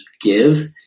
give